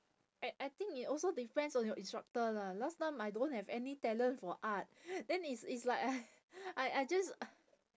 I I think it also depends on your instructor lah last time I don't have any talent for art then it's it's like I I I just